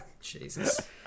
Jesus